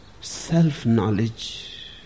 Self-knowledge